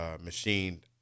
machined